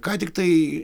ką tik tai